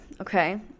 okay